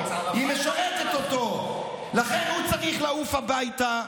מי זה, ערפאת או, לכן הוא צריך לעוף הביתה,